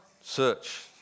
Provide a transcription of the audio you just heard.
search